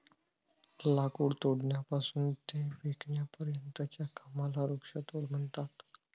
लाकूड तोडण्यापासून ते विकण्यापर्यंतच्या कामाला वृक्षतोड म्हणतात